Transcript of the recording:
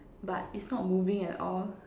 but it's not moving at all